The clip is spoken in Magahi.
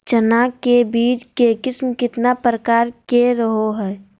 चना के बीज के किस्म कितना प्रकार के रहो हय?